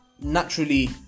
Naturally